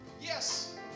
yes